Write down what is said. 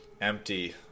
empty